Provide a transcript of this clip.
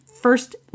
first